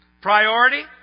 Priority